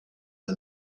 the